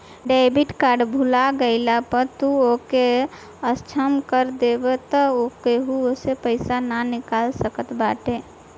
debit card भूला गईला पअ तू ओके असक्षम कर देबाअ तअ केहू ओसे पईसा ना निकाल सकत बाटे